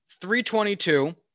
322